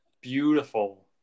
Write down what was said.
beautiful